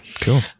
Cool